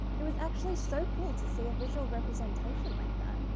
it was actually so cool to see a visual representation like that.